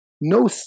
no